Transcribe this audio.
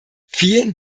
vielen